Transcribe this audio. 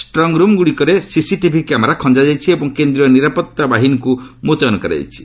ଷ୍ଟ୍ରଙ୍ଗରୁମ୍ଗୁଡ଼ିକରେ CCTV camera ଖଞ୍ଜାଯାଇଛି ଏବଂ କେନ୍ଦ୍ରୀୟ ନିରାପତ୍ତା ବାହିନୀକୁ ମୁତୟନ କରାଯାଇଛି